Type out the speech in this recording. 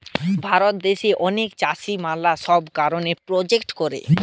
ভারত দ্যাশে অনেক চাষী ম্যালা সব কারণে প্রোটেস্ট করে